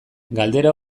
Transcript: galdera